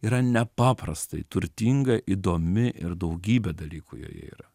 yra nepaprastai turtinga įdomi ir daugybė dalykų joje yra